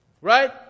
Right